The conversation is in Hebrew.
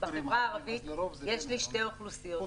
בחברה הערבית יש שתי אוכלוסיות.